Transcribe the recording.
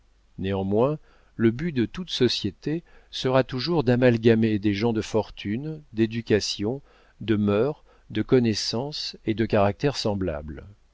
néanmoins le but de toute société sera toujours d'amalgamer des gens de fortune d'éducation de mœurs de connaissances et de caractères semblables